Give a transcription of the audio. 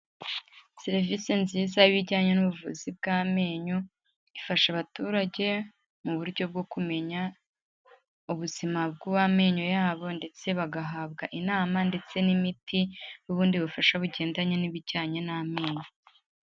Serivisi nziza y'ibijyanye n'ubuvuzi bw'amenyo, ifasha abaturage mu buryo bwo kumenya ubuzima bw'amenyo yabo ndetse bagahabwa inama ndetse n'imiti y'ubundi bufasha bugendanye n'ibijyanye n'amenyo.